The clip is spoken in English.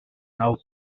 now